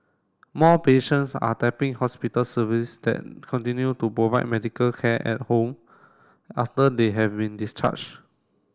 more patients are tapping hospital service that continue to provide medical care at home after they having discharged